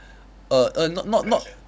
err err not not not